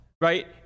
right